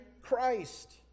Christ